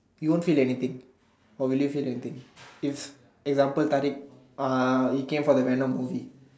you won't feel anything or will you feel anything if example Tarikh uh he came from the venom movie